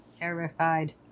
terrified